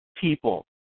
people